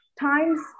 times